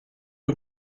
aux